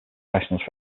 professional